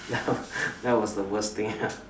ya that was the worst thing ya